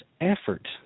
effort